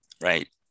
right